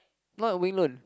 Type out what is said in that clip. not we learn